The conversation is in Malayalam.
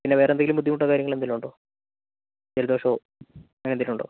പിന്നെ വേറെന്തെങ്കിലും ബുദ്ദിമുട്ടോ കാര്യങ്ങൾ എന്തെങ്കിലും ഉണ്ടോ ജലദോഷമോ അങ്ങനെ എന്തെങ്കിലും ഉണ്ടോ